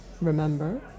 remember